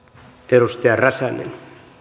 arvoisa herra